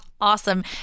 awesome